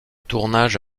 tournage